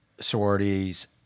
sororities